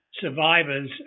Survivors